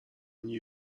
nie